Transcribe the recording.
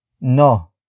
NO